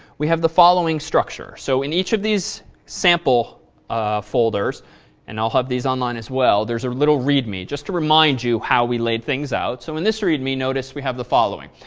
we have the following structure. so in each of these sample folders and i'll have this online as well. there's a little read me, just to remind you how we laid things out. so in this read me, notice we have the following.